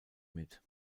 mit